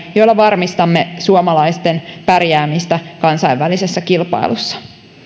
joilla varmistamme suomalaisten pärjäämistä kansainvälisessä kilpailussa